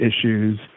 issues